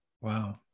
wow